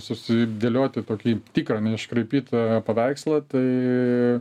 susidėlioti tokį tikrą neiškraipytą paveikslą tai